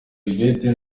yvette